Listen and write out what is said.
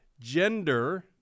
gender